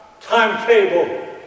timetable